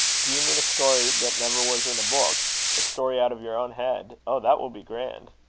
do you mean a story that never was in a book a story out of your own head? oh! that will be grand!